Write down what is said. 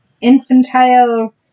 infantile